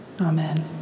Amen